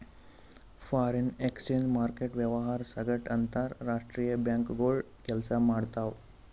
foreign exchange market ವ್ಯವಹಾರ್ ಸಂಗಟ್ ಅಂತರ್ ರಾಷ್ತ್ರೀಯ ಬ್ಯಾಂಕ್ಗೋಳು ಕೆಲ್ಸ ಮಾಡ್ತಾವ್